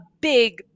big